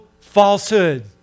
falsehood